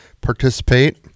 participate